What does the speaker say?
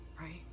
right